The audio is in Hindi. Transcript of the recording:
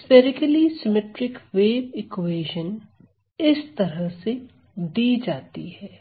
स्फेरिकली सिमिट्रिक वेव इक्वेशन इस तरह से दी जाती है